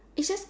its just